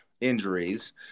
injuries